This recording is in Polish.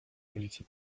ulicy